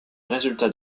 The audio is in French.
résultats